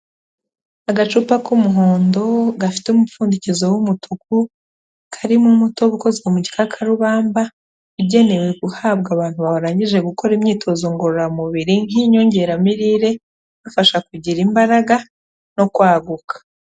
Agacupa k'umuhondo, gafite umupfundikizo w'umutuku, karimo umutobe ukozwe mu gikakarubamba, ugenewe guhabwa abantu barangije gukora imyitozo ngororamubiri nk'inyongeramirire, ifasha kugira imbaraga, no kwaguka.